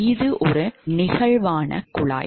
இது நெகிழ்வான குழாய்